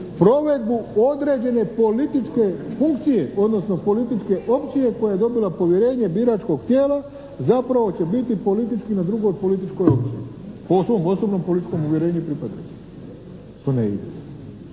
provedbu određene političke funkcije odnosno političke opcije koja je dobila povjerenje biračkog tijela zapravo će biti politički na drugoj političkoj opciji. Uostalom, osobnom političkom uvjerenju pripadaju. To ne ide.